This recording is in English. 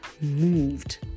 moved